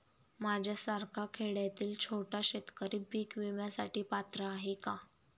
माझ्यासारखा खेड्यातील छोटा शेतकरी पीक विम्यासाठी पात्र आहे का?